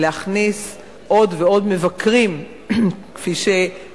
להכניס עוד ועוד מבקרים למוזיאונים,